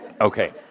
Okay